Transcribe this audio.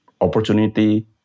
opportunity